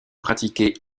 pratiqué